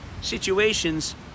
situations